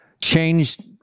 changed